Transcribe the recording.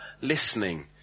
listening